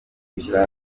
gushyira